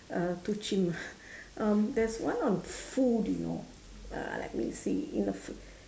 uh too chim ah um there's one on food you know uh let me see in the food